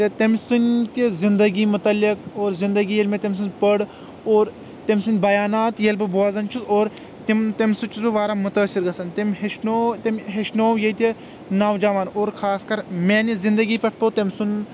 تٔمہِ سٕنٛد تہِ زِنٛدگی مُتعلِق اور زِنٛدگی ییٚلہِ مےٚ تٔمۍ سٕنٛز پٔر اور تٔمہِ سٕنٛدۍ بیانات ییٚلہِ بہٕ بوزن چُھس اور تٔمہِ سۭتۍ چُھس بہٕ واریاہ متأثِر گژھان تٔمۍ ہیٚچھنٲو تٔمۍ ہیٚچھنٲو ییٚتہِ نوجوان اور خاص کر میٛانہِ زِنٛدگی پٮ۪ٹھ پیٛو تٔمہِ سُنٛد